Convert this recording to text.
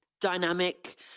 Dynamic